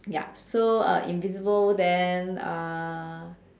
ya so uh invisible then uh